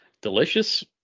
delicious